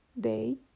day